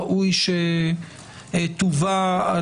ראוי שתובא,